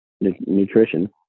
nutrition